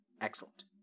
Excellent